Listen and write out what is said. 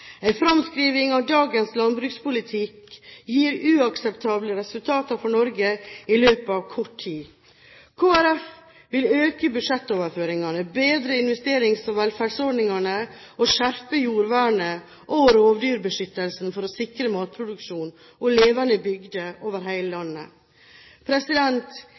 En fremskriving av dagens landbrukspolitikk gir uakseptable resultater for Norge i løpet av kort tid. Kristelig Folkeparti vil øke budsjettoverføringene, bedre investerings- og velferdsordningene, skjerpe jordvernet og rovdyrbeskyttelsen for å sikre matproduksjon og levende bygder over hele landet.